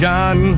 John